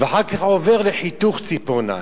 ואחר כך עובר לחיתוך ציפורניים.